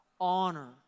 Honor